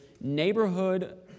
neighborhood